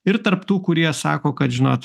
ir tarp tų kurie sako kad žinot